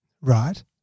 Right